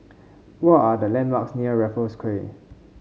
what are the landmarks near Raffles Quay